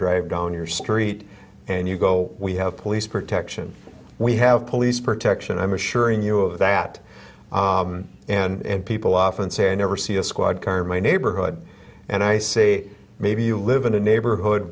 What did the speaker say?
drive down your street and you go we have police protection we have police protection i'm assuring you of that and people often say i never see a squad car in my neighborhood and i see maybe you live in a neighborhood